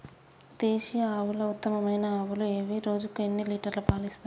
దేశీయ ఆవుల ఉత్తమమైన ఆవులు ఏవి? రోజుకు ఎన్ని లీటర్ల పాలు ఇస్తాయి?